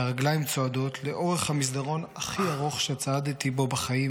/ והרגליים צועדות / לאורך המסדרון הכי ארוך שצעדתי בו בחיים,